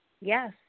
Yes